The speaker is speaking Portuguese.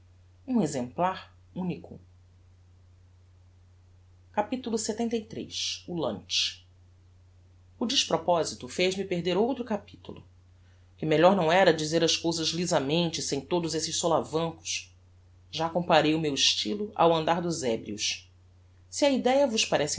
um exemplar unico capitulo lxxiii o lunch o desproposito fez-me perder outro capitulo que melhor não era dizer as cousas lisamente sem todos estes solavancos já comparei o meu estylo ao andar dos ebrios se a idéa vos parece